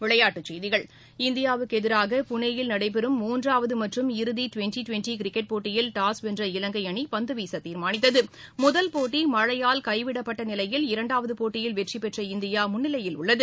விளையாட்டுச் செய்திகள் இந்தியாவுக்கு எதிராக புனேயில் நடைபெறும் மூன்றாவது மற்றும் இறுதி டுவெண்டி டுவெண்டி கிரிக்கெட் போட்டியில் டாஸ் வென்ற இலங்கை அணி பந்து வீச தீர்மானித்தது முதல் போட்டி மழையால் கைவிடப்பட்ட நிலையில் இரண்டாவது போட்டியில் வெற்றிபெற்ற இந்தியா முன்னிலையில் உள்ளது